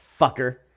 fucker